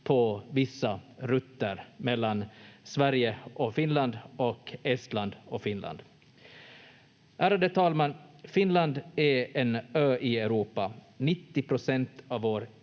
på vissa rutter mellan Sverige och Finland och Estland och Finland. Ärade talman! Finland är en ö i Europa. 90